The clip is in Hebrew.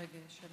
רגע, יש שאלה